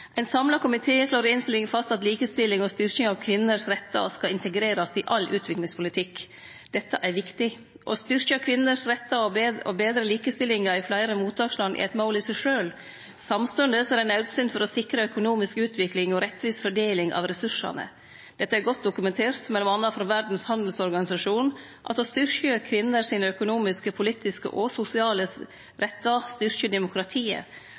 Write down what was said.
Ein samla komité slår i innstillinga fast at likestilling og styrking av kvinners rettar skal integrerast i all utviklingspolitikk. Dette er viktig. Å styrkje kvinners rettar og betre likestillinga i fleire mottaksland er eit mål i seg sjølv. Samstundes er det naudsynt for å sikre økonomisk utvikling og rettvis fordeling av ressursane. Det er godt dokumentert, m.a. frå Verdas handelsorganisasjon, at å styrkje kvinners økonomiske, politiske og sosiale rettar styrkjer demokratiet